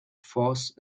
force